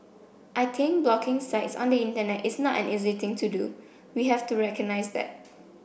I think blocking sites on the Internet is not an easy thing to do we have to recognise that